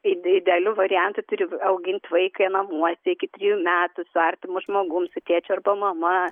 ide idealiu variantu turi augint vaiką namuose iki trjų metų su artimu žmogum su tėčiu arba mama